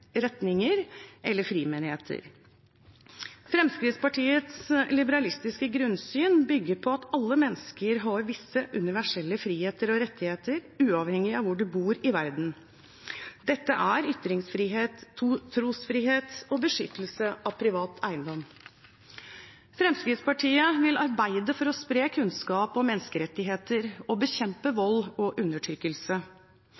retninger eller frimenigheter. Fremskrittspartiets liberalistiske grunnsyn bygger på at alle mennesker har visse universelle friheter og rettigheter, uavhengig av hvor en bor i verden. Dette er ytringsfrihet, trosfrihet og beskyttelse av privat eiendom. Fremskrittspartiet vil arbeide for å spre kunnskap om menneskerettigheter og bekjempe